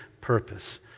purpose